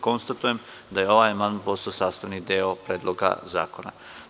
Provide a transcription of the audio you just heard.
Konstatujem da je ovaj amandman postao sastavni deo Predloga zakona.